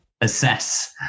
assess